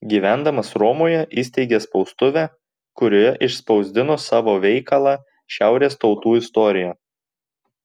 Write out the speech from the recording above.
gyvendamas romoje įsteigė spaustuvę kurioje išspausdino savo veikalą šiaurės tautų istorija